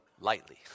lightly